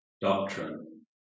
doctrine